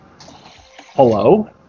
hello